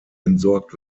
entsorgt